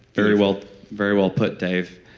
very well very well put, dave.